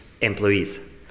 employees